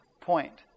point